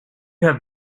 have